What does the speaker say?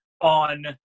on –